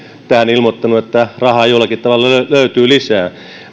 on ilmoittanut että rahaa jollakin tavalla löytyy lisää